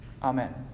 Amen